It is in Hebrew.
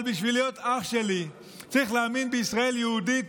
אבל בשביל להיות אח שלי צריך להאמין בישראל יהודית,